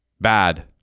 Bad